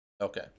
Okay